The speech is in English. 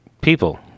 people